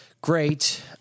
Great